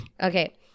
Okay